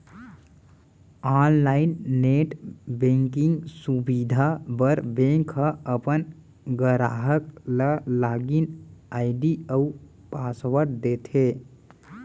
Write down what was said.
online net banking सुबिधा बर bank ह अपन गराहक ल लॉगिन आईडी अउ पासवर्ड देथे